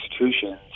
institutions